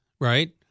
right